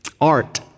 Art